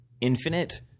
infinite